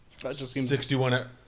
61